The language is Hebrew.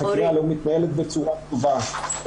החקירה לא מתנהלת בצורה טובה.